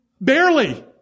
barely